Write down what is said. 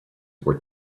were